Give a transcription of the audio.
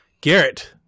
Garrett